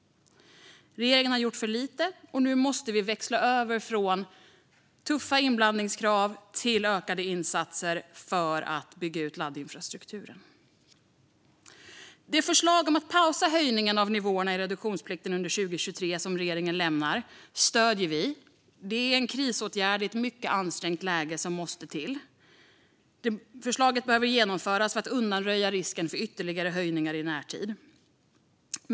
Regeringen har gjort för lite. Nu måste vi växla över från tuffa inblandningskrav till ökade insatser för att bygga ut laddinfrastrukturen. Det förslag om att pausa höjningen av nivåerna i reduktionsplikten under 2023 som regeringen nu lämnar stöder vi. Det är en krisåtgärd som måste till i ett mycket ansträngt läge. Förslaget behöver genomföras för att undanröja risken för ytterligare höjningar i närtid.